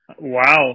Wow